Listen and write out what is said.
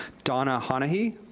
donna hawnaughey.